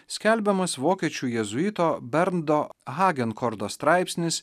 skelbiamas vokiečių jėzuito berndo hagenkordo straipsnis